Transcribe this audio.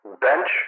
bench